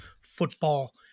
football